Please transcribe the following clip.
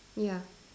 ya